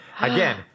again